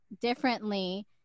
differently